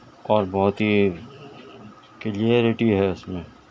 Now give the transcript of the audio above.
اور بہت ہی کلیئرٹی ہے اس میں